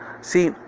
See